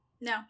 No